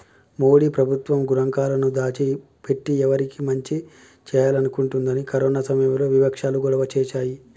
మోడీ ప్రభుత్వం గణాంకాలను దాచి పెట్టి ఎవరికి మంచి చేయాలనుకుంటుందని కరోనా సమయంలో వివక్షాలు గొడవ చేశాయి